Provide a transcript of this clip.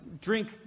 drink